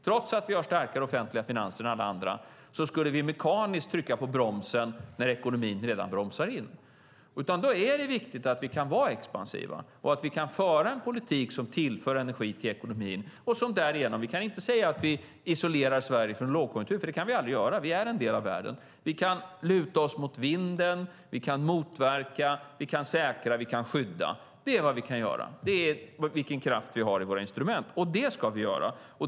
Trots att vi har starkare offentliga finanser än alla andra skulle vi mekaniskt trycka på bromsen när ekonomin redan bromsar in. Det är viktigt att vi kan vara expansiva och föra en politik som tillför energi till ekonomin. Vi kan inte säga att vi isolerar Sverige från lågkonjunktur, för det kan vi aldrig göra. Vi är en del av världen. Vi kan luta oss mot vinden, motverka, säkra och skydda. Det är vad vi kan göra - det är den kraft som vi har i våra instrument - och det ska vi göra.